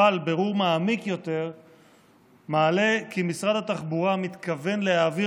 אבל בירור מעמיק יותר מעלה כי משרד התחבורה מתכוון להעביר